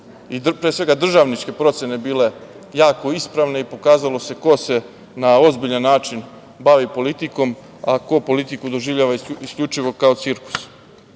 pre svega i državničke procene bile jako ispravne i pokazalo se ko se na ozbiljan način bavi politikom, a ko politiku doživljava isključivo kao cirkus. Na